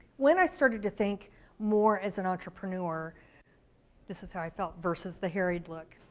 when i started to think more as an entrepreneur this is how i felt, versus the harried look.